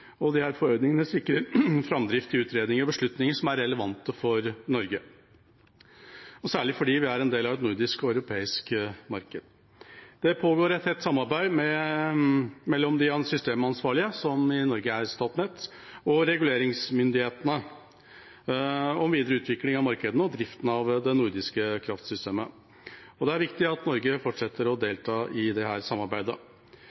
forordningene sikrer framdrift i utredninger og beslutninger som er relevante for Norge, og særlig fordi vi er en del av et nordisk og europeisk marked. Det pågår et tett samarbeid mellom de systemansvarlige, som i Norge er Statnett, og reguleringsmyndighetene om videre utvikling av markedene og driften av det nordiske kraftsystemet, og det er viktig at Norge fortsetter å